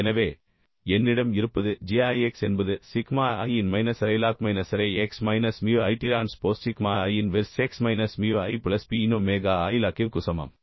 எனவே என்னிடம் இருப்பது g i x என்பது சிக்மா i இன் மைனஸ் அரை லாக் மைனஸ் அரை X minus mu i transpose sigma i inverse X minus mu i plus P இன் ஒமேகா i லாக்கிற்கு சமம்